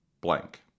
blank